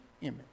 image